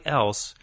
else—